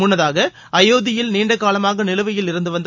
மன்னதாக அபோக்கியில் நீண்டகாலமாக நிலுவையில் இருந்து வந்த